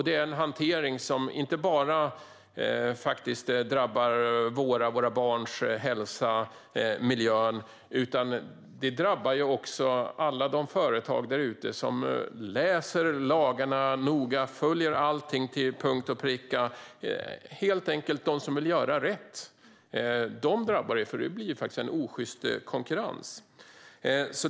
Det är en hantering som inte bara drabbar vår hälsa, våra barns hälsa och miljön. Den drabbar också alla de företag som läser lagarna noga och följer allting till punkt och pricka - de företag som helt enkelt vill göra rätt. De drabbas, för det blir en osjyst konkurrens.